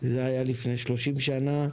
זה היה לפני 30 שנה.